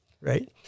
Right